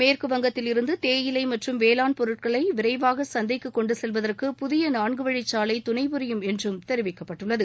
மேற்கு வங்கத்தில் இருந்து தேயிலை மற்றும் வேளாண் பொருட்களை விரைவாக சந்தைக்கு கொண்டு செல்வதற்கு புதிய நான்கு வழிச்சாலை துணைபுரியும் என்றும் தெரிவிக்கப்பட்டுள்ளது